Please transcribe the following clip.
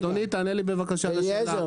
אדוני, תענה לי בבקשה לשאלה,